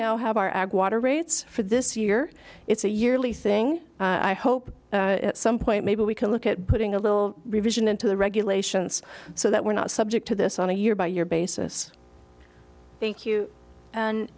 now have our ag water rates for this year it's a yearly thing i hope some point maybe we can look at putting a little revision into the regulations so that we're not subject to this on a year by year basis thank you